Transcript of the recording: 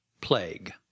Plague